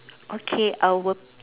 okay I will